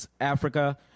Africa –